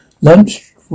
Lunch